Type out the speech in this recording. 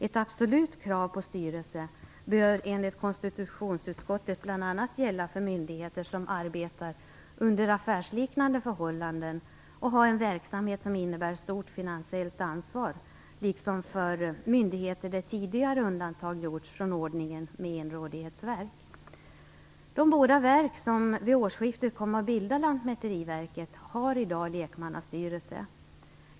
Ett absolut krav på styrelsen bör enligt konstitutionsutskottet bl.a. gälla för myndigheter som arbetar under affärsliknande förhållanden och har en verksamhet som innebär stort finansiellt ansvar, liksom för myndigheter där tidigare undantag gjorts från ordningen med enrådighetsverk. De båda verk som vid årsskiftet kommer att bilda Lantmäteriverket har i dag lekmannastyrelse.